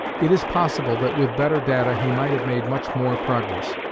it is possible that with better data he might have made much more progress.